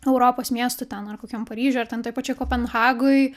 europos miestų ten ar kokiam paryžiuj ten toj pačioj kopenhagoj